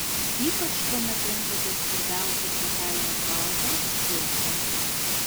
ypač kuomet renkatės svarbiausią svetainės baldą sofą